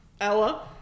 Ella